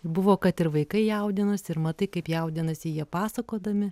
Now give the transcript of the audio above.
buvo kad ir vaikai jaudinosi ir matai kaip jaudinasi jie pasakodami